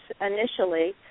initially